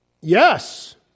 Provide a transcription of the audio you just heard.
Yes